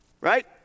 Right